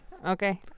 Okay